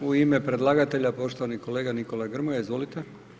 U ime predlagatelja, poštovani kolega Nikola Grmoja, izvolite.